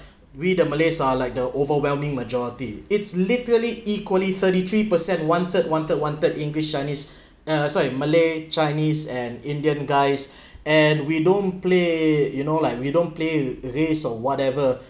we the malays are like the overwhelming majority it's literally equally thirty three percent wanted wanted wanted english chinese uh sorry malay chinese and indian guys and we don't play you know like we don't play race or whatever